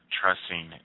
trusting